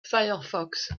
firefox